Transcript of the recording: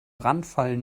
brandfall